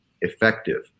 effective